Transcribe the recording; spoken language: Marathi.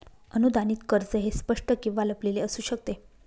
अनुदानित कर्ज हे स्पष्ट किंवा लपलेले असू शकते